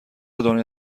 دنیا